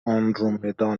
آندرومدا